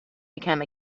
become